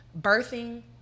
birthing